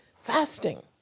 fasting